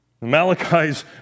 Malachi's